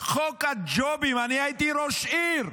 חוק הג'ובים, אני הייתי ראש עיר.